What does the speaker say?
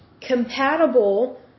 compatible